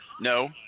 no